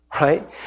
right